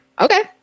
Okay